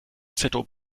zob